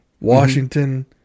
Washington